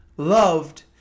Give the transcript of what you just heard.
loved